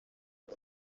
ati